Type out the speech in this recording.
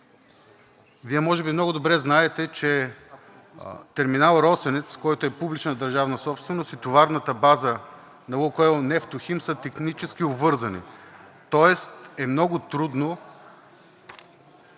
Вие може би много добре знаете, че терминал „Росенец“, който е публична държавна собственост, и товарната база на „Лукойл Нефтохим“ са технически обвързани, тоест е много трудно